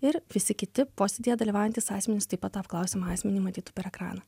ir visi kiti posėdyje dalyvaujantys asmenys taip pat tą apklausiamą asmenį matytų per ekraną